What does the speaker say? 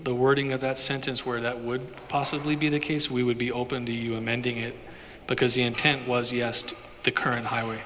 the wording of that sentence where that would possibly be the case we would be open to you amending it because the intent was yes to the current highway